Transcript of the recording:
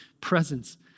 presence